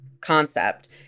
concept